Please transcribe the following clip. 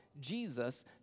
Jesus